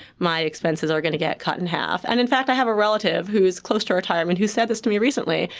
my expenses are going to get cut in half. and in fact i have a relative who's close to retirement who said this to me recently.